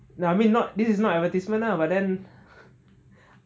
I mean not this is not advertisement lah but then